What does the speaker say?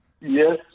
Yes